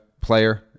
player